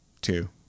Two